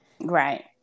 Right